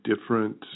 different